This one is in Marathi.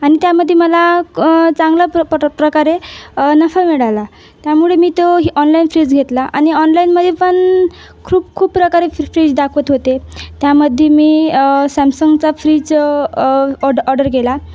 आणि त्यामधे मला चांगला प्र प्रकारे नफा मिळाला त्यामुळे मी तो ही ऑनलाईन फ्रीज घेतला आणि ऑनलाईनमध्ये पण खूप खूप प्रकारे फ्रीज दाखवत होते त्यामध्ये मी सॅमसंगचा फ्रीज ऑर्ड ऑर्डर केला